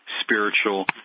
spiritual